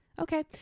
Okay